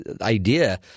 idea